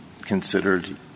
considered —